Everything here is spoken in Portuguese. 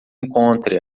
encontre